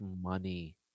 money